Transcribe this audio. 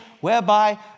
whereby